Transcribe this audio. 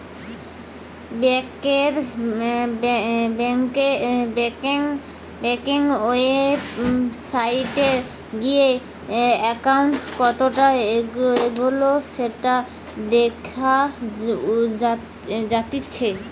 বেংকের ওয়েবসাইটে গিয়ে একাউন্ট কতটা এগোলো সেটা দেখা জাতিচ্চে